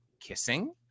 kissing